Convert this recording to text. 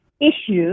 issues